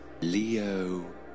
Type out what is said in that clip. Leo